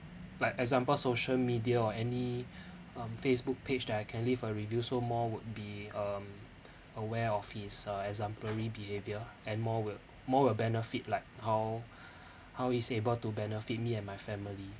like example social media or um any Facebook page that I can leave a review so more would be um aware of his uh exemplary behaviour and more will more will benefit like how how it's able to benefit me and my family